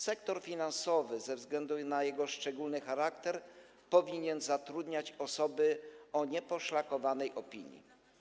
Sektor finansowy ze względu na jego szczególny charakter powinien zatrudniać osoby o nieposzlakowanej opinii.